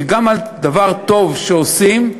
שגם על דבר טוב שעושים,